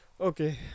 Okay